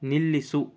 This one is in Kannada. ನಿಲ್ಲಿಸು